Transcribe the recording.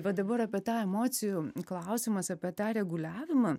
va dabar apie tą emocijų klausimas apie tą reguliavimą